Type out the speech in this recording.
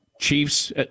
chiefs